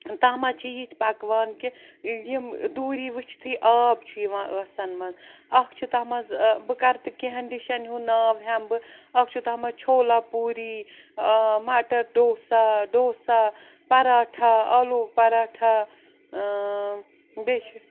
تَتھ منٛز چھِ یِتھ پَکوان کہِ یِم دوٗری وٕچھتھٕے آب چھُ یِوان ٲسَن مَنٛز اَکھ چھُ تَتھ منٛز بہٕ کَرٕ تہِ کینٛہَن ڈِشَن ہُنٛد ناو ہٮ۪مہٕ بہٕ اَکھ چھُ تَتھ منٛز چھولا پوٗری مَٹَر ڈوسا ڈوسا پَراٹھا آلوٗ پَراٹھا بیٚیہِ چھِ